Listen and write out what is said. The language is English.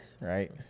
right